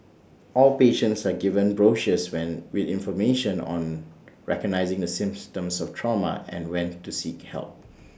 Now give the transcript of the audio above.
all patients are given brochures when with information on recognising the of trauma and when to seek help